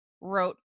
wrote